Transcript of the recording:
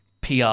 PR